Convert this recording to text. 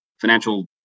financial